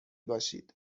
باشید